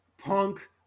Punk